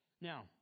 Now